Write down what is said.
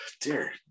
dear